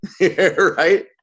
right